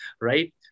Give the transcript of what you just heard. right